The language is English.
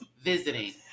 Visiting